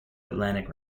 atlantic